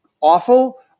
awful